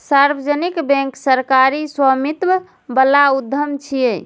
सार्वजनिक बैंक सरकारी स्वामित्व बला उद्यम छियै